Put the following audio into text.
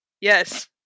Yes